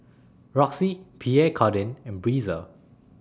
Roxy Pierre Cardin and Breezer